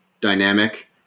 dynamic